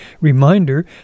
reminder